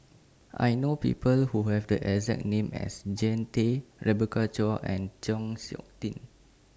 I know People Who Have The exact name as Jean Tay Rebecca Chua and Chng Seok Tin